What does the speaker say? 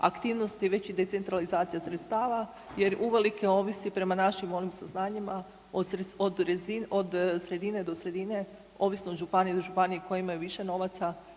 aktivnosti, već i decentralizacija sredstava jer uvelike ovisi prema našim onim saznanjima od sredine do sredine ovisno od županije do županije koje imaju više novaca,